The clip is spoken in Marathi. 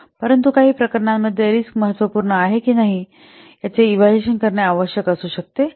म्हणून परंतु काही प्रकरणांमध्ये रिस्क महत्त्वपूर्ण आहे की नाही याचे इव्हॅल्युएशन करणे आवश्यक असू शकते